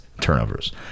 turnovers